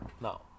No